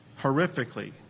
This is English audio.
horrifically